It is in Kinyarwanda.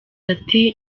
ati